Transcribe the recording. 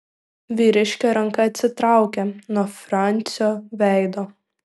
vyriškio ranka atsitraukė nuo francio veido